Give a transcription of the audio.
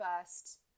first